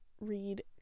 read